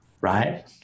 right